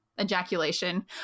ejaculation